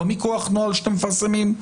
לא מכוח נוהל שאתם מפרסמים.